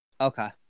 Okay